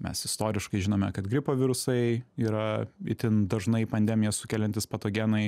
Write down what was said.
mes istoriškai žinome kad gripo virusai yra itin dažnai pandemiją sukeliantys patogenai